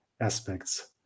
aspects